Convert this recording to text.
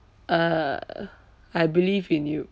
uh I believe in you